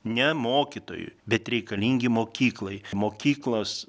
ne mokytojui bet reikalingi mokyklai mokyklos